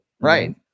Right